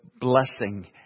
blessing